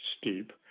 steep